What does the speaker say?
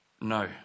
No